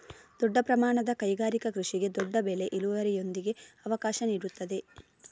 ದೊಡ್ಡ ಪ್ರಮಾಣದ ಕೈಗಾರಿಕಾ ಕೃಷಿಗೆ ದೊಡ್ಡ ಬೆಳೆ ಇಳುವರಿಯೊಂದಿಗೆ ಅವಕಾಶ ನೀಡುತ್ತದೆ